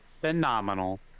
phenomenal